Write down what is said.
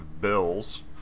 bills